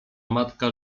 matka